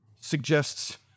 suggests